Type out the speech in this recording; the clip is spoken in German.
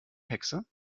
hexe